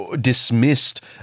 dismissed